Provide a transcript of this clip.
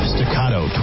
Staccato